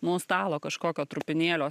nuo stalo kažkokio trupinėlio